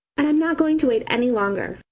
and i'm not going to wait any longer.